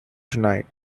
tonight